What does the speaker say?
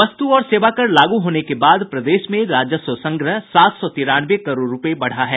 वस्तु और सेवा कर लागू होने के बाद प्रदेश में राजस्व संग्रह सात सौ तिरानवे करोड़ रूपये बढ़ा है